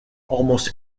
almost